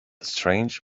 strange